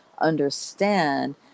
understand